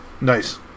Nice